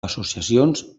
associacions